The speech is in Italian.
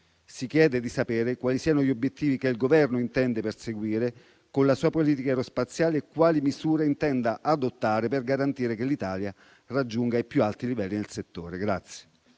Si chiede di sapere quali siano gli obiettivi che il Governo intende perseguire con la sua politica aerospaziale e quali misure intenda adottare per garantire che l'Italia raggiunga i più alti livelli nel settore.